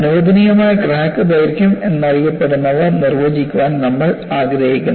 അനുവദനീയമായ ക്രാക്ക് ദൈർഘ്യം എന്നറിയപ്പെടുന്നവ നിർവചിക്കാൻ നമ്മൾ ആഗ്രഹിക്കുന്നു